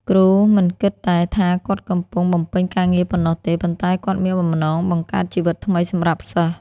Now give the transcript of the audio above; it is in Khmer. គ្រូមិនគិតតែថាគាត់កំពុង បំពេញការងារប៉ុណ្ណោះទេ ប៉ុន្តែគាត់មានបំណងបង្កើតជីវិតថ្មីសម្រាប់សិស្ស។